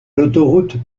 l’autoroute